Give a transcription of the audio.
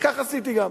וכך עשיתי גם,